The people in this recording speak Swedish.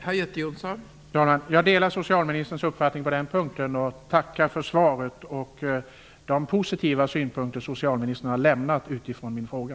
Fru talman! Jag delar socialministerns uppfattning på den punkten. Jag tackar för svaret och de positiva synpunkter socialministern har lämnat utifrån min fråga.